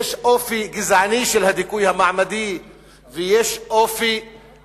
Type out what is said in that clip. אופי גזעני לדיכוי המעמדי ויש אופי